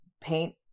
paint